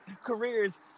Careers